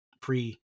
pre